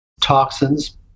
toxins